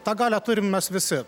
tą galią turim mes visi